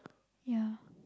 ya